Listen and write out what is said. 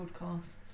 podcasts